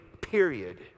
period